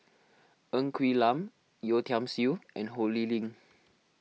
Ng Quee Lam Yeo Tiam Siew and Ho Lee Ling